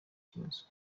kibazo